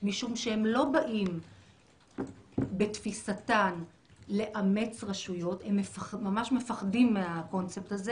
משום שהן לא באות בתפיסתן לאמץ רשויות הם ממש מפחדים מהקונספט הזה